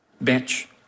Bench